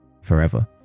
forever